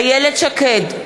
שקד,